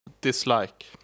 dislike